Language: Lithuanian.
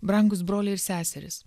brangūs broliai ir seserys